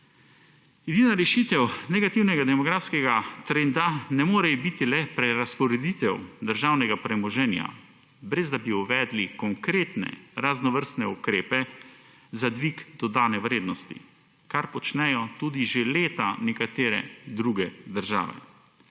Edina rešitev negativnega demografskega trenda ne more biti le prerazporeditev državnega premoženja brez da bi uvedli konkretne raznovrstne ukrepe za dvig dodane vrednosti, kar počnejo tudi že leta nekatere druge države.